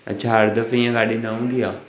अच्छा हर दफे ईअं गाॾी न हूंदी आहे